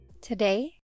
Today